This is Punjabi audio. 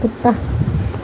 ਕੁੱਤਾ